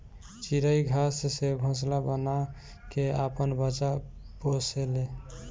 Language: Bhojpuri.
चिरई घास से घोंसला बना के आपन बच्चा पोसे ले